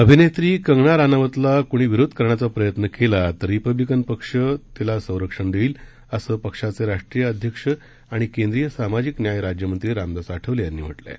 अभिनेत्री कंगणा राणावतला कोणी विरोध करण्याचा प्रयत्न केला तर रिपब्लिकन पक्ष कंगना राणावतला संरक्षण देईल असं पक्षाचे राष्ट्रीय अध्यक्ष आणि केंद्रीय सामाजिक न्याय राज्यमंत्री रामदास आठवले यांनी म्हटलं आहे